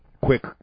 quick